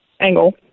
angle